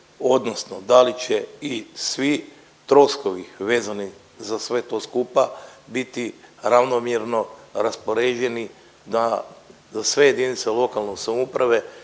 odnosno da li će i svi troškovi vezani za sve to skupa biti ravnomjerno raspoređeni na sve jedinice lokalne samouprave